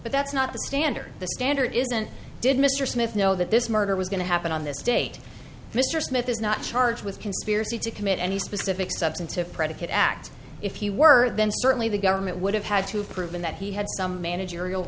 but that's not the standard the standard isn't did mr smith know that this murder was going to happen on this date mr smith is not charged with conspiracy to commit any specific substantive predicate act if you were then certainly the government would have had to have proven that he had some managerial